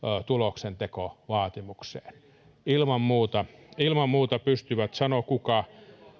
tuloksentekovaatimukseen ilman muuta ilman muuta pystyvät sanoi kuka